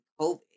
COVID